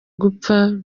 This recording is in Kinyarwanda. gupfa